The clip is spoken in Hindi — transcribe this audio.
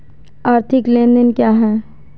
आर्थिक लेनदेन क्या है?